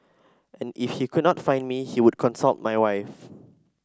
and if he could not find me he would consult my wife